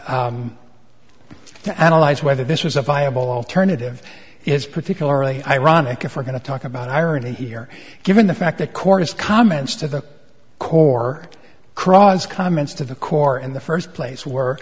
to analyze whether this was a viable alternative is particularly ironic if we're going to talk about irony here given the fact that corn is comments to the core craws comments to the core in the first place w